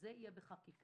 זה יהיה בחקיקה.